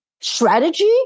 strategy